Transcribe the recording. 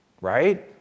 right